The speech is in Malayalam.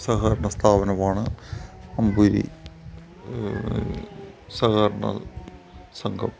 സഹകരണ സ്ഥാപനമാണ് അമ്പൂരി സഹകരണ സംഘം